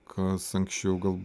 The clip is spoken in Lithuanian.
kas anksčiau gal